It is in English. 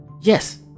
Yes